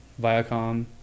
Viacom